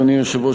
אדוני היושב-ראש,